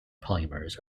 polymers